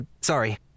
sorry